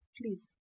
please